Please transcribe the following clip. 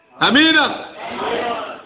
Amen